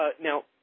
now –